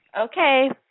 Okay